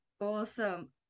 Awesome